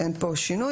אין כאן שינוי.